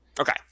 Okay